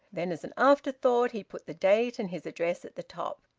then, as an afterthought, he put the date and his address at the top.